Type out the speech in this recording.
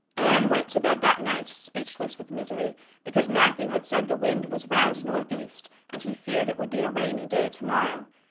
anne went to bed that night speechless with misery because matthew had said the wind was round northeast and he feared it would be a rainy day tomorrow.